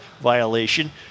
violation